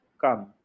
come